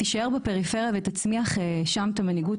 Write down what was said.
אז תישאר בפריפריה ותצמיח שם את המנהיגות,